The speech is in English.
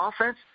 offense